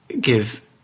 give